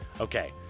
Okay